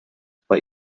bei